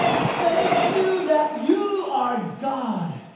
thank you that you are god,